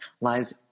lies